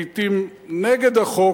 לעתים נגד החוק,